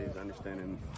understanding